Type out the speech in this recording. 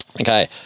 Okay